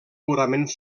purament